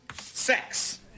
Sex